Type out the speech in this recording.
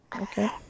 Okay